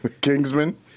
Kingsman